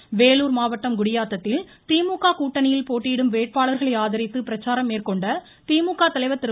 இதனிடையே வேலூர் மாவட்டம் குடியாத்தத்தில் திமுக கூட்டணியில் போட்டியிடும் வேட்பாளர்களை ஆதரித்து பிரச்சாரம் மேற்கொண்ட திமுக தலைவர் திரு